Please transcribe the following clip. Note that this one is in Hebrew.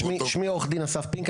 שמי עו"ד אסף פינק,